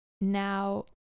Now